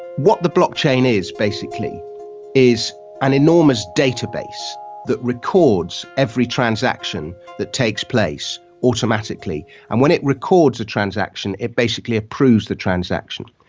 what the blockchain is basically is an enormous database that records every transaction that takes place automatically, and when it records a transaction it basically approves the transaction.